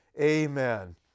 Amen